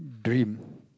dream